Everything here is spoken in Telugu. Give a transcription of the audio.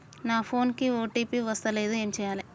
నా ఫోన్ కి ఓ.టీ.పి వస్తలేదు ఏం చేయాలే?